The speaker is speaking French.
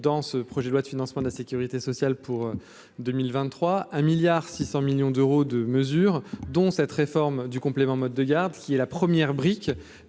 dans ce projet de loi de financement de la Sécurité sociale pour 2023 1 milliard 600 millions d'euros de mesures dont cette réforme du complément mode de garde qui est la première brique